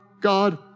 God